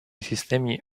sistemi